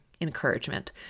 encouragement